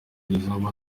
kubagezaho